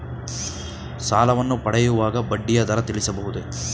ಸಾಲವನ್ನು ಪಡೆಯುವಾಗ ಬಡ್ಡಿಯ ದರ ತಿಳಿಸಬಹುದೇ?